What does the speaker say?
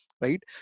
right